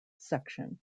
section